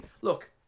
Look